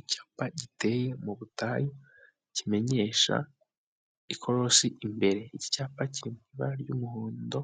Icyapa giteye mu butayu kimenyesha ikorosi imbere, iki cyapa kiri mu ibara ry'umuhondo